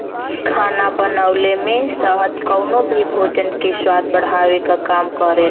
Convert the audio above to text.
खाना बनवले में शहद कउनो भी भोजन के स्वाद बढ़ावे क काम करला